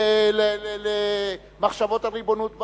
למחשבות הריבונות.